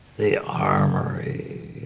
the armory.